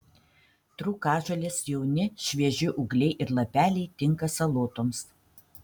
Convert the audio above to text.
trūkažolės jauni švieži ūgliai ir lapeliai tinka salotoms